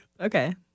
Okay